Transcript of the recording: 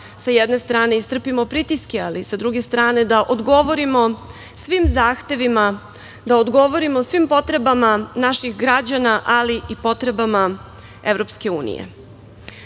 sa jedne strane istrpimo pritiske, ali sa druge strane da odgovorimo svim zahtevima, da odgovorimo svim potrebama naših građana, ali i potrebama EU.Akcioni